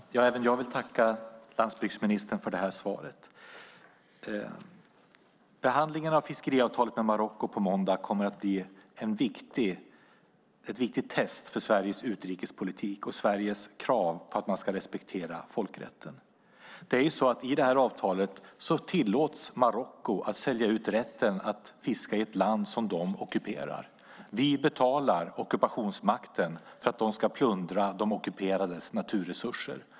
Fru talman! Även jag vill tacka landsbygdsministern för det här svaret. Behandlingen av fiskeavtalet med Marocko på måndag kommer att bli ett viktigt test för Sveriges utrikespolitik och Sveriges krav på att man ska respektera folkrätten. I det här avtalet tillåts Marocko att sälja ut rätten att fiska i ett land som de ockuperar. Vi betalar ockupationsmakten för att de ska plundra de ockuperades naturresurser.